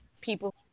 people